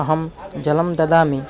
अहं जलं ददामि